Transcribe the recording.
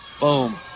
Boom